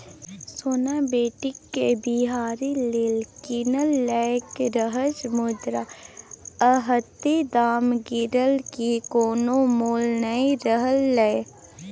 सोना बेटीक बियाह लेल कीनलकै रहय मुदा अतेक दाम गिरलै कि कोनो मोल नहि रहलै